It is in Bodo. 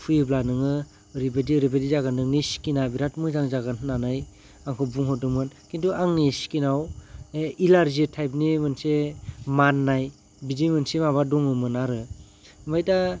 फुयोब्ला नोङो ओरैबायदि ओरैबायदि जागोन नोंनि सिकिना बिराद मोजां जागोन होननानै आंखौ बुंहरदोंमोन खिनथु आंनि सिकिनाव इलारजि थाइपनि मोनसे माननाय बिदि मोनसे माबा दङमोनआरो ओमफाय दा